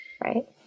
Right